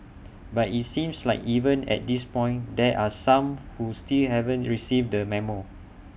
but IT seems like even at this point there are some who still haven't received the memo